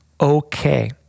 okay